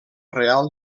real